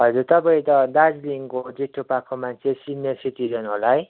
हजुर तपईँ त दार्जिलिङको जेठो पाको मान्छे सिनियर सिटिजन होला है